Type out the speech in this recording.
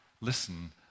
listen